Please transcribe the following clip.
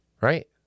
Right